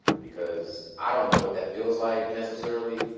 because i don't know what that feels like necessarily.